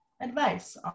advice